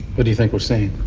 what do you think we're seeing?